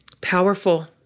Powerful